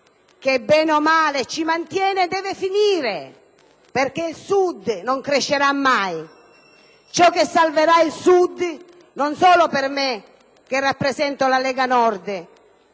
che bene o male ci mantiene, deve finire, altrimenti il Sud non crescerà mai. Ciò che salverà il Sud - non solo secondo me, che rappresento la Lega Nord,